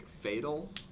fatal